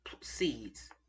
seeds